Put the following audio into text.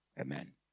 Amen